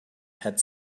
had